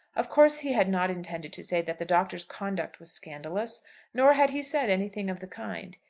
of course he had not intended to say that the doctor's conduct was scandalous nor had he said anything of the kind.